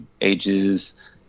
ages